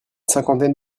cinquantaine